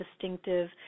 distinctive